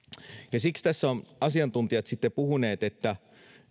siksi tässä ovat asiantuntijat sitten puhuneet että